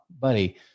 buddy